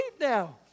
now